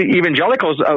evangelicals